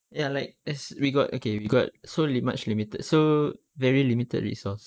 ya like as we got okay we got so much limited so very limited resource